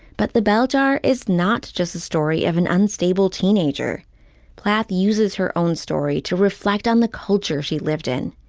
but the bell jar is not just a story of an unstable teenager plath uses her own story to reflect on the culture she lived in.